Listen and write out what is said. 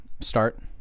start